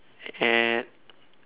and